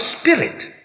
spirit